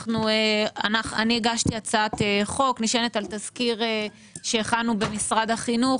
אני הגשתי הצעת חוק נשענת על תזכיר שהכנו במשרד החינוך,